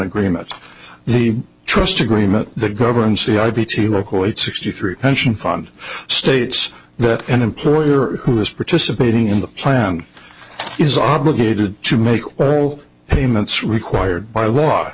agreement the trust agreement that governs the i p t local eight sixty three pension fund states that an employer who is participating in the plan is obligated to make all payments required by law